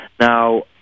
Now